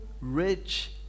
rich